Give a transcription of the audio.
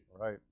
Right